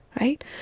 right